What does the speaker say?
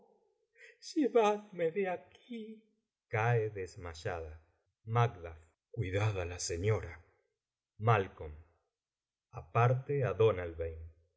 de aquí cae desmayada cuidad á la señora